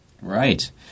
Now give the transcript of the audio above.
Right